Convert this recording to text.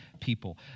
people